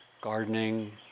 gardening